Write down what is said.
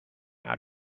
out